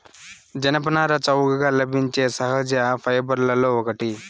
జనపనార చౌకగా లభించే సహజ ఫైబర్లలో ఒకటి